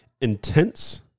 Intense